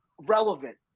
relevant